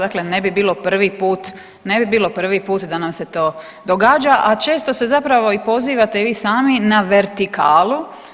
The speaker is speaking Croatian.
Dakle ne bi bilo prvi put da nam se to događa, a često se zapravo i pozivate i vi sami na vertikalu.